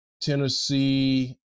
Tennessee